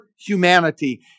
humanity